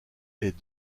est